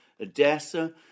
Odessa